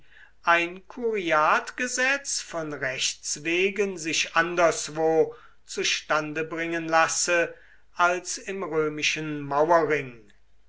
ein kuriatgesetz von rechts wegen sich anderswo zustande bringen lasse als im römischen mauerring